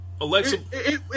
alexa